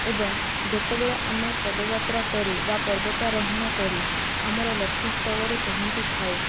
ଏବଂ ଯେତେବେଳେ ଆମେ ପଦଯାତ୍ରା କରି ବା ପର୍ବତ ଆରୋହଣ କରି ଆମର ଲକ୍ଷ୍ୟ ସ୍ଥଳରେ ପହଞ୍ଚି ଥାଉ